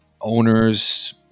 Owners